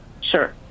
Sure